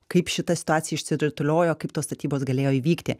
kaip šita situacija išsirutuliojo kaip tos statybos galėjo įvykti